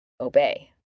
obey